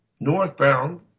northbound